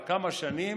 כבר כמה שנים: